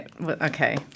Okay